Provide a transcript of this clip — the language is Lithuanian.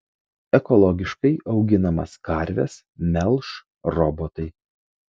ekologiškai auginamas karves melš robotai